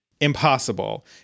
Impossible